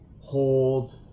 hold